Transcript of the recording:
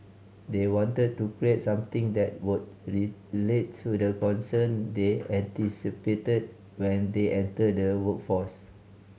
they wanted to create something that would relate to the concern they anticipated when they enter the workforce